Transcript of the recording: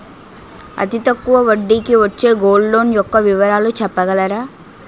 అతి తక్కువ వడ్డీ కి వచ్చే గోల్డ్ లోన్ యెక్క వివరాలు చెప్పగలరా?